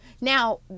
Now